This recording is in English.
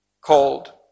Called